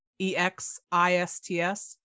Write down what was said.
E-X-I-S-T-S